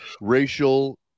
racial